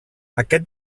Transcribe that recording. aquest